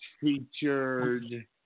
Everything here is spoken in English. featured